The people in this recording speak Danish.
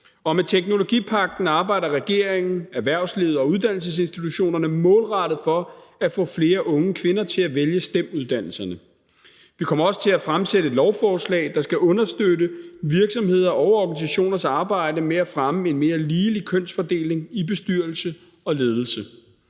Og med Teknologipagten arbejder regeringen, erhvervslivet og uddannelsesinstitutionerne målrettet for at få flere unge kvinder til at vælge STEM-uddannelserne. Vi kommer også til at fremsætte et lovforslag, der skal understøtte virksomheders og organisationers arbejde med at fremme en mere ligelig kønsfordeling i bestyrelser og ledelse.